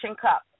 cup